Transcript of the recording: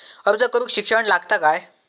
अर्ज करूक शिक्षण लागता काय?